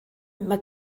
mae